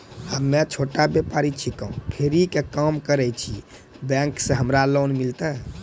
हम्मे छोटा व्यपारी छिकौं, फेरी के काम करे छियै, बैंक से हमरा लोन मिलतै?